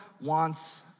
wants